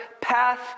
path